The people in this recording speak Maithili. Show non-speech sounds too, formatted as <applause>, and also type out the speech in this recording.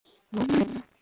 <unintelligible>